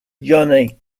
johnny